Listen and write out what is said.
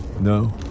No